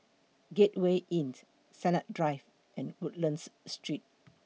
Gateway Inn Sennett Drive and Woodlands Street